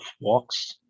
walks